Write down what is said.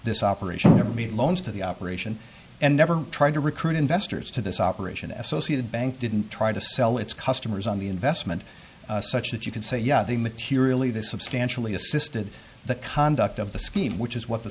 this operation ever made loans to the operation and never tried to recruit investors to this operation s o c the bank didn't try to sell its customers on the investment such that you could say yeah they materially this substantially assisted the conduct of the scheme which is what the